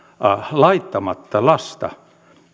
laittamatta lasta